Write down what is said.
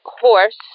horse